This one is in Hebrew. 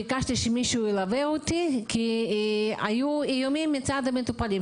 ביקשתי שמישהו ילווה אותי כי היו איומים מצד המטופלים,